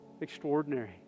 extraordinary